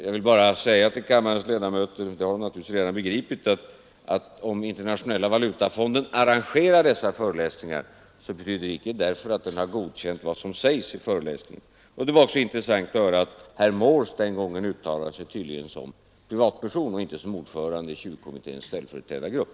Jag vill bara säga till kammarens ledamöter, och det har de naturligtvis redan begripit, att om Internationella valutafonden arrangerar en föreläsning betyder det icke att den godkänt vad som sägs i föreläsningen. Det var också intressant att höra att herr Morse den gången uttalade sig som privatperson och inte som ordförande i 20-mannakommitténs ställföreträdargrupp.